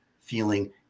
feeling